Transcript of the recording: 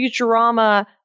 Futurama